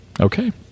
Okay